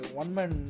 one-man